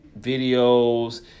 videos